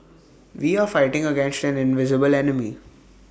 we are fighting against an invisible enemy